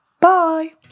Bye